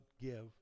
give